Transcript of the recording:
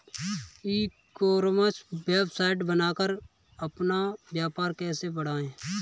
ई commerce website बनाकर अपना व्यापार कैसे बढ़ाएँ?